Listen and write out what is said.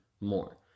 more